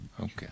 Okay